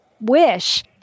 wish